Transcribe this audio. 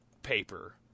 Paper